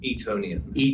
Etonian